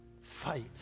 fight